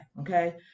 Okay